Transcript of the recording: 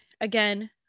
again